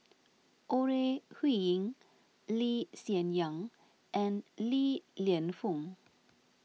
Ore Huiying Lee Hsien Yang and Li Lienfung